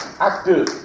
Active